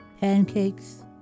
pancakes